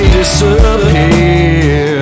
disappear